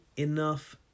enough